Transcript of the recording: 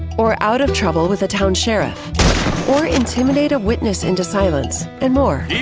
or out of trouble with a town sheriff or intimidate a witness into silence and more.